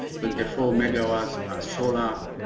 twenty-four megawatts are solar